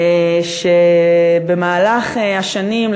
במהלך השנים,